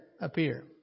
appear